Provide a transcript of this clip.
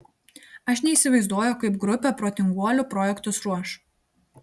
aš neįsivaizduoju kaip grupė protinguolių projektus ruoš